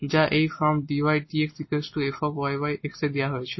যা এই form dydx f yx এ দেওয়া হয়েছিল